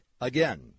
Again